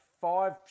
five